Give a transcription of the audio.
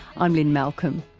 i'm lynne malcolm.